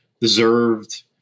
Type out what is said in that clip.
deserved